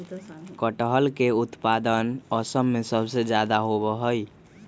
कटहल के उत्पादन असम में सबसे ज्यादा होबा हई